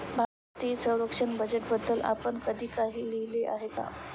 भारतीय संरक्षण बजेटबद्दल आपण कधी काही लिहिले आहे का?